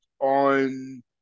on